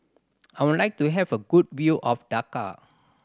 I would like to have a good view of Dhaka